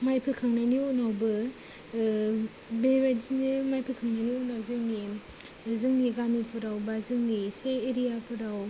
माइ फोखांनायनि उनावबो बेबायदिनो माइ फोखांनायनि उनाव जोंनि जोंनि गामिफोराव बा जोंनि एसे एरियाफोराव